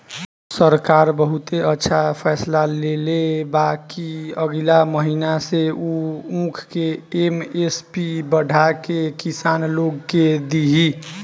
सरकार बहुते अच्छा फैसला लेले बा कि अगिला महीना से उ ऊख के एम.एस.पी बढ़ा के किसान लोग के दिही